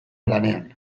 lanean